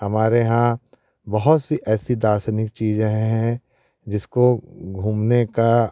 हम यहाँ बहुत सी ऐसी दार्शनिक चीज़ें हैं जिसको घूमने का